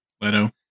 Leto